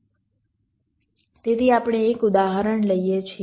તેથી આપણે એક ઉદાહરણ લઈએ છીએ